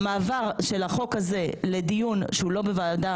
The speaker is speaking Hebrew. המעבר של החוק הזה לדיון שהוא לא בוועדה